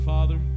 Father